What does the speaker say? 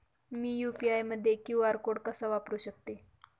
मी UPI मध्ये QR code कसा वापरु शकते?